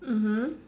mmhmm